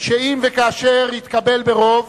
שאם וכאשר יתקבל ברוב